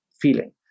feeling